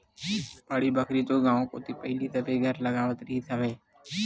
बाड़ी बखरी तो गाँव कोती पहिली सबे घर लगावत रिहिस हवय